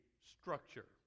structure